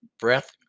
breath